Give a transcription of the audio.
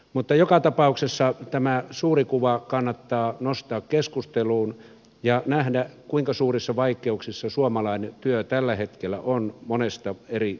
mutta joka tapauksessa tämä suuri kuva kannattaa nostaa keskusteluun ja nähdä kuinka suurissa vaikeuksissa suomalainen työ tällä hetkellä on monesta eri syystä